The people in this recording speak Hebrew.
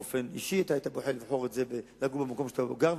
אתה היית בוחר לגור במקום שאתה גר,